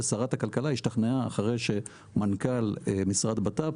שרת הכלכלה השתכנעה אחרי שמנכ"ל משרד בט"פ